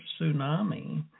tsunami